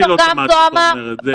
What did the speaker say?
אני לא שמעתי שהוא אומר את זה.